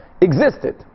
existed